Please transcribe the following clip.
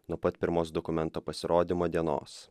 nuo pat pirmos dokumento pasirodymo dienos